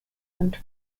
and